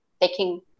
taking